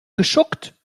geschuckt